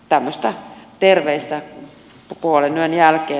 tämmöistä terveistä puolenyön jälkeen